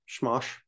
Schmosh